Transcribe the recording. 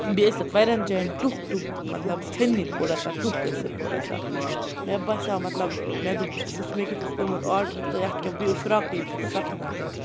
بیٚیہِ ٲسۍ تَتھ واریاہَن جایَن ٹُکھ ٹُکھ مطلب ژھینٛمٕتۍ تھوڑا سا ٹُکھ ٲسۍ اَتھ تھوڑا سا مےٚ باسیو مطلب مےٚ دوٚپ وٕچھ مےٚ کیُتھ اوس کوٚرمُت آرڈَر تہٕ یَتھ کیٛاہ بییہِ فِراک یوتُے اوس سَتَن ہَتَن